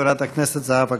חברת הכנסת זהבה גלאון.